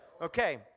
Okay